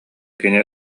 кини